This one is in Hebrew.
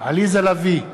עליזה לביא,